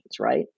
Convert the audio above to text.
right